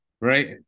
right